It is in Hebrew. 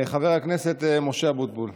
חבר הכנסת משה אבוטבול.